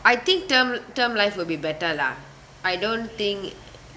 I think term term life will be better lah I don't think